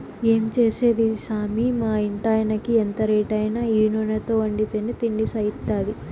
ఏం చేసేది సామీ మా ఇంటాయినకి ఎంత రేటైనా ఈ నూనెతో వండితేనే తిండి సయిత్తాది